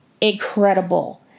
incredible